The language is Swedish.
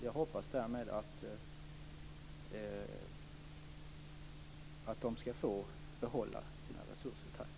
Jag hoppas därmed att de ska få behålla sina resurser.